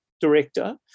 director